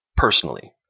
personally